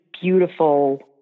beautiful